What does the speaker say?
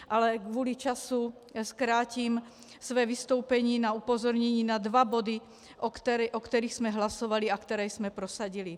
Ale kvůli času zkrátím své vystoupení na upozornění na dva body, o kterých jsme hlasovali a které jsme prosadili: